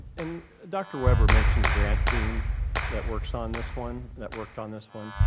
and dr. weber mentioned the grant team that works on this one, that worked on this one.